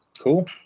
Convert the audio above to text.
cool